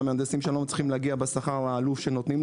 והמהנדסים שם לא מצליחים להגיע בשכר העלוב שנותנים להם,